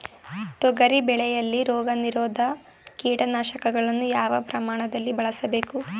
ತೊಗರಿ ಬೆಳೆಯಲ್ಲಿ ರೋಗನಿರೋಧ ಕೀಟನಾಶಕಗಳನ್ನು ಯಾವ ಪ್ರಮಾಣದಲ್ಲಿ ಬಳಸಬೇಕು?